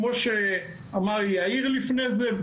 כמו שאמר יאיר לפני זה,